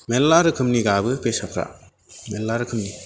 मेल्ला रोखोमनि गाबो फेसाफ्रा मेल्ला रोखोमनि